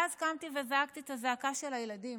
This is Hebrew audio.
ואז קמתי וזעקתי את הזעקה של הילדים,